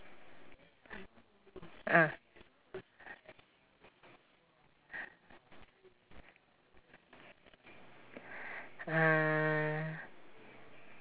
uh uh